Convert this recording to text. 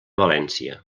valència